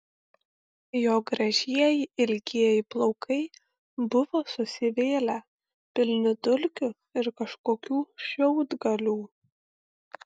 jo gražieji ilgieji plaukai buvo susivėlę pilni dulkių ir kažkokių šiaudgalių